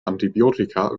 antibiotika